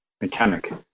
mechanic